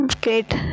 great